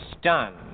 stunned